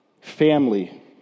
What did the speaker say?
family